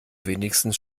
wenigstens